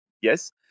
yes